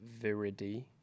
Viridi